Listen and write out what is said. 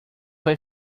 vai